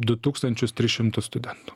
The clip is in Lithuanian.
du tūkstančius tris šimtus studentų